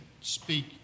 speak